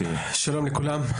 שלום לכולם.